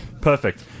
Perfect